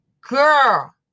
girl